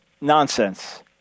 Nonsense